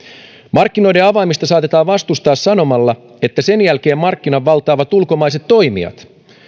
markkinoiden avaamista saatetaan vastustaa sanomalla että sen jälkeen markkinan valtaavat ulkomaiset toimijat